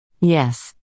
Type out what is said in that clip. Yes